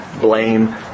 blame